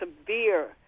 severe